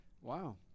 Wow